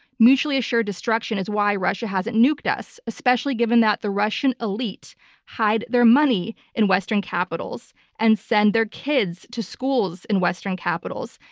mutually assured destruction is why russia hasn't nuked us, especially given that the russian elite hide their money in western capitals and send their kids to schools in western capitals.